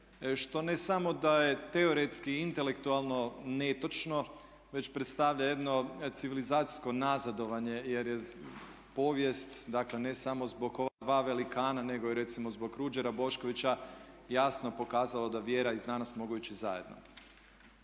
što ne samo da je teoretski i intelektualno netočno već predstavlja jedno civilizacijsko nazadovanje jer je povijest ne samo zbog ova dva velikana nego i recimo zbog Ruđera Boškovića jasno pokazala da vjera i znanost mogu ići zajedno.